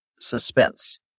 suspense